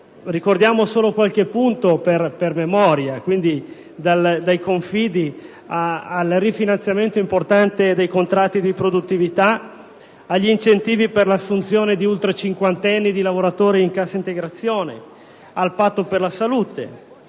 ricordarne solo alcune, a memoria: pensiamo, ad esempio, ai confidi, al rifinanziamento importante dei contratti di produttività, agli incentivi per l'assunzione di ultracinquantenni e di lavoratori in cassa integrazione, al Patto per la salute;